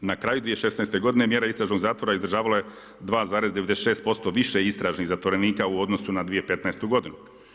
I na kraju 2016. godine mjeru istražnog zatvora izdržavalo je 2,96% više istražnih zatvorenika u odnosu na 2015. godinu.